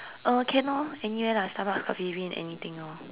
uh can orh anywhere lah Starbucks Coffee bean anything orh